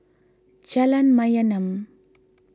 Jalan Mayaanam